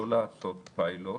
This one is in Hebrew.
לא לעשות פיילוט